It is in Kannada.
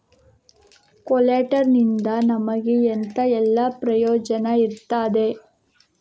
ಕೊಲ್ಯಟರ್ ನಿಂದ ನಮಗೆ ಎಂತ ಎಲ್ಲಾ ಪ್ರಯೋಜನ ಇರ್ತದೆ?